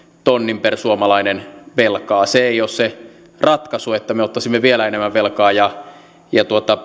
tonnin per suomalainen se ei ole se ratkaisu että me ottaisimme vielä enemmän velkaa ja ja